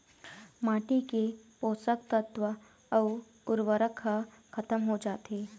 माटी के पोसक तत्व अउ उरवरक ह खतम हो जाथे